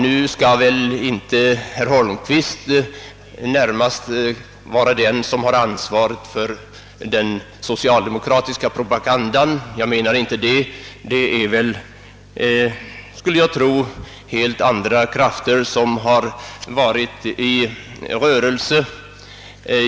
Nu skall väl inte statsrådet Holmqvist lastas för den socialdemokratiska propagandan, ty jag tror att det är helt andra krafter som ligger bakom.